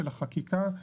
של החקיקה,